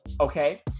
Okay